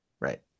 Right